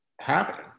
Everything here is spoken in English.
happening